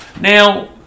now